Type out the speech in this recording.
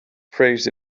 praised